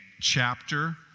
chapter